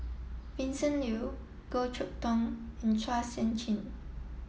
Vincent Leow Goh Chok Tong and Chua Sian Chin